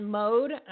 mode